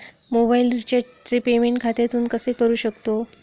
Mobile रिचार्जचे payment खात्यातून कसे करू शकतो?